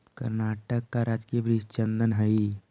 कर्नाटक का राजकीय वृक्ष चंदन हई